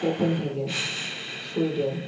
copenhagen Sweden